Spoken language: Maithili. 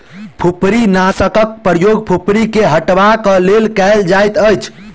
फुफरीनाशकक प्रयोग फुफरी के हटयबाक लेल कयल जाइतअछि